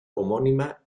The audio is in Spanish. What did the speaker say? homónima